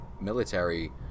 military